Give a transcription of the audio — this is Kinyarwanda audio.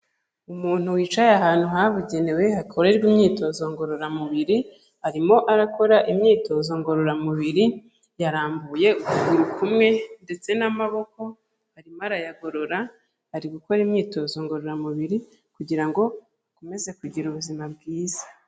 Umuntu wicaye ahantu habugenewe hakorerwa imyitozo ngororamubiri arimo arakora imyitozo ngororamubiri yarambuye ukuguru kumwe ndetse n'amaboko arimo arayagorora ari gukora imyitozo ngororamubiri kugira ngo akomeze kugira ubuzima bwiza.